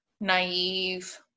naive